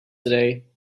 today